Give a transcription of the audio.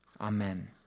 Amen